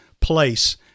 place